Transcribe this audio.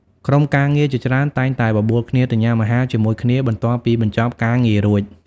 ក្រុមការងារជាច្រើនតែងតែបបួលគ្នាទៅញ៉ាំអាហារជាមួយគ្នាបន្ទាប់ពីបញ្ចប់ការងាររួច។